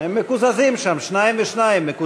הם מקוזזים שם, שניים ושניים.